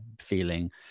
feeling